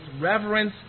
reverence